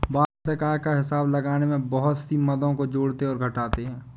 वार्षिक आय का हिसाब लगाने में बहुत सी मदों को जोड़ते और घटाते है